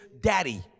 Daddy